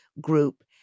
group